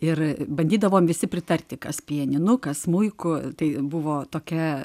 ir bandydavom visi pritarti kas pianinu kas smuiku tai buvo tokia